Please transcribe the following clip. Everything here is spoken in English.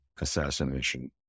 assassination